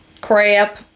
Crap